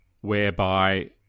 whereby